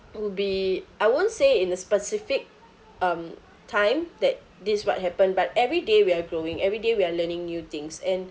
would be I won't say in the specific um time that this what happen but every day we're growing everyday we are learning new things and